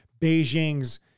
Beijing's